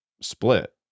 split